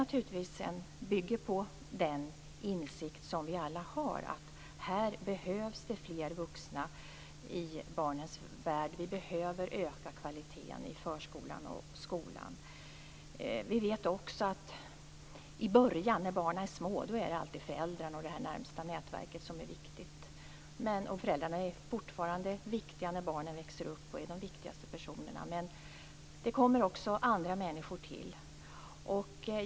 Detta bygger naturligtvis på den insikt som vi alla har: Det behövs fler vuxna i barnens värld. Vi behöver öka kvaliteten i förskolan och skolan. I början, när barnen är små, är det alltid föräldrarna och det närmaste nätverket som är viktigt. Men föräldrarna är viktiga även när barnen växer upp. De är de viktigaste personerna men andra människor tillkommer också.